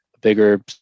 bigger